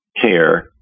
care